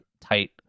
tight